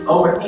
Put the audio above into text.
Over